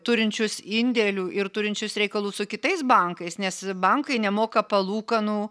turinčius indėlių ir turinčius reikalų su kitais bankais nes bankai nemoka palūkanų